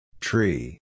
Tree